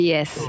Yes